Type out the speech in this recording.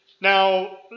Now